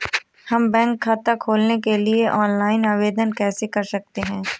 हम बैंक खाता खोलने के लिए ऑनलाइन आवेदन कैसे कर सकते हैं?